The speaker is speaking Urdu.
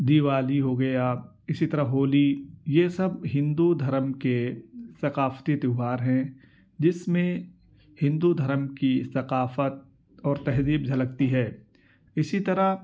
دیوالی ہو گیا اسی طرح ہولی یہ سب ہندو دھرم کے ثقافتی تہوار ہیں جس میں ہندو دھرم کی ثقافت اور تہذیب جھلکتی ہے اسی طرح